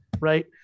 right